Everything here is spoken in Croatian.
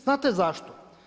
Znate zašto?